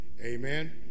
Amen